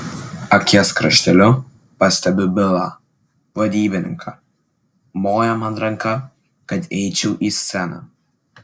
akies krašteliu pastebiu bilą vadybininką moja man ranka kad eičiau į sceną